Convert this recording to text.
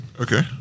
Okay